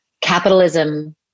capitalism